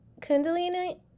kundalini